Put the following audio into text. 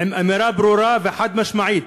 עם אמירה ברורה וחד-משמעית: